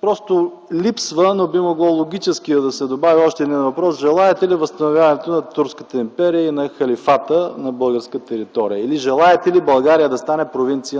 просто липсва, но би могло логически да се добави още един въпрос: желаете ли възстановяването на турската империя и на халифата на българска територия? Или: желаете ли България да стане провинция